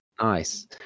Nice